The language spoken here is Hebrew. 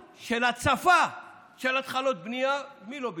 הצפה של התחלות בנייה, מי לא בירך?